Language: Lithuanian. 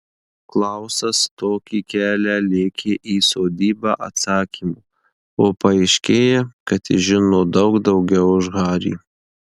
klausas tokį kelią lėkė į sodybą atsakymų o paaiškėja kad jis žino daug daugiau už harį